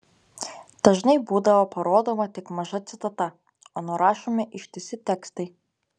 dažnai būdavo parodoma tik maža citata o nurašomi ištisi tekstai